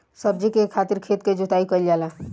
सब्जी के खेती में खेत के जोताई कईल जाला